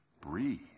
breathe